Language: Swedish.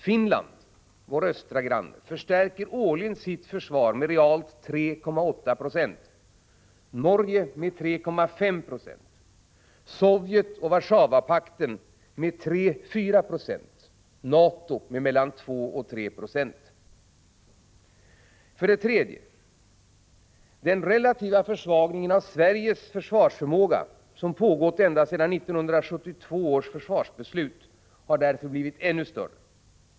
Finland, vår östra granne, förstärker årligen sitt försvar med realt 3,8 Zo, Norge med 3,5 2, Sovjet och Warszawapakten med 3-4 96 och NATO med 2-3 Ze. För det tredje: den relativa försvagningen av Sveriges försvarsförmåga som pågått ända sedan 1972 års försvarsbeslut har därför blivit än större.